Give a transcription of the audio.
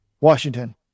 Washington